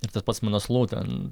ir tas pats manaslu ten